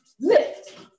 lift